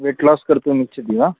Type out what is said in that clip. white loss कर्तुमिच्छति वा